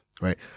right